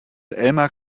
elmar